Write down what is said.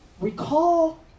recall